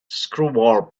screwball